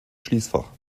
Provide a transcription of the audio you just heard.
schließfach